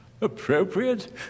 Appropriate